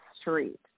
street